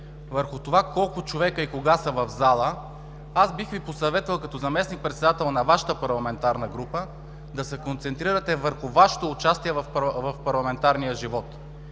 върху това колко човека и кога са в залата, аз бих Ви посъветвал: като заместник-председател на Вашата парламентарна група да се концентрирате върху Вашето участие в парламентарния живот.